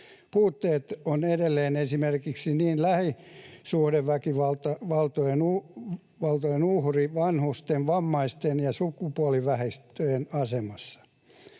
Puutteita on edelleen esimerkiksi niin lähisuhdeväkivallan uhrien, vanhusten, vammaisten kuin sukupuolivähemmistöjen asemassa.